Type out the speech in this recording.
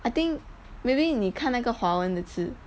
I think maybe 你看那个华文的字